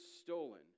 stolen